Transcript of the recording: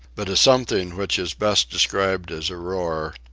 but a something which is best described as a roar,